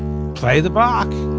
play the bach